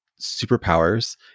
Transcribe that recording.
superpowers